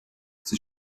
sie